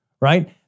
right